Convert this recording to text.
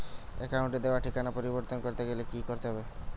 অ্যাকাউন্টে দেওয়া ঠিকানা পরিবর্তন করতে গেলে কি করতে হবে?